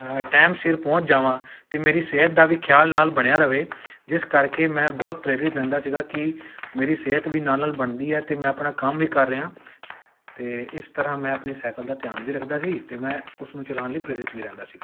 ਅ time ਸਿਰ ਪਹੁੰਚ ਜਾਵਾਂ ਅਤੇ ਮੇਰੀ ਸਿਹਤ ਦਾ ਵੀ ਖਿਆਲ ਨਾਲ ਬਣਿਆ ਰਹੇ ਜਿਸ ਕਰਕੇ ਮੈਂ ਬਹੁਤ ਪ੍ਰੇਰਿਤ ਰਹਿੰਦਾ ਸੀਗਾ ਕਿ ਮੇਰੀ ਸਿਹਤ ਵੀ ਨਾਲ ਨਾਲ ਬਣਦੀ ਹੈ ਅਤੇ ਮੈਂ ਆਪਣਾ ਕੰਮ ਵੀ ਕਰ ਰਿਹਾ ਅਤੇ ਇਸ ਤਰ੍ਹਾਂ ਮੈਂ ਆਪਣੀ ਸਾਈਕਲ ਦਾ ਧਿਆਨ ਵੀ ਰੱਖਦਾ ਸੀ ਅਤੇ ਮੈਂ ਉਸ ਨੂੰ ਚਲਾਉਣ ਲਈ ਪ੍ਰੇਰਿਤ ਵੀ ਰਹਿੰਦਾ ਸੀਗਾ